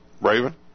Raven